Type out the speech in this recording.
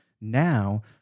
now